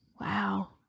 Wow